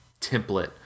template